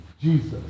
Jesus